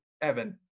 Evan